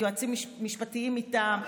יועצים משפטיים מטעם,